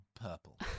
purple